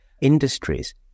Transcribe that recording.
industries